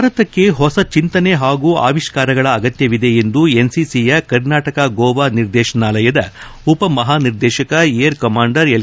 ಭಾರತಕ್ಷೆ ಹೊಸ ಚಿಂತನೆ ಹಾಗೂ ಆವಿಷ್ಠಾರಗಳ ಅಗತ್ಯವಿದೆ ಎಂದು ಎನ್ಸಿಸಿಯ ಕರ್ನಾಟಕ ಗೋವಾ ನಿರ್ದೇತನಾಲಯದ ಉಪಮಹಾನಿರ್ದೇಶಕ ಏರ್ಕಮಾಂಡರ್ ಎಲ್